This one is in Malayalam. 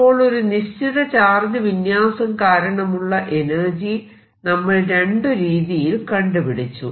അപ്പോൾ ഒരു നിശ്ചിത ചാർജ് വിന്യാസം കാരണമുള്ള എനർജി നമ്മൾ രണ്ടു രീതിയിൽ കണ്ടുപിടിച്ചു